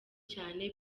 cyane